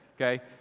okay